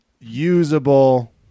usable